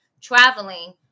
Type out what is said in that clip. traveling